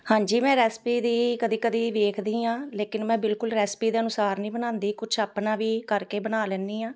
ਹਾਂਜੀ ਮੈਂ ਰੈਸਪੀ ਦੀ ਕਦੇ ਕਦੇ ਵੇਖਦੀ ਹਾਂ ਲੇਕਿਨ ਮੈਂ ਬਿਲਕੁਲ ਰੈਸਪੀ ਦੇ ਅਨੁਸਾਰ ਨਹੀਂ ਬਣਾਉਂਦੀ ਕੁਛ ਆਪਣਾ ਵੀ ਕਰਕੇ ਬਣਾ ਲੈਂਦੀ ਹਾਂ